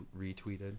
retweeted